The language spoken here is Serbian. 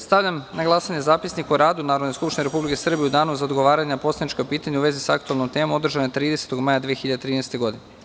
Stavljam na glasanje zapisnik o radu Narodne skupštine Republike Srbije u Danu za odgovaranje na poslanička pitanja u vezi sa aktuelnom temom, održane 30. maja 2013. godine.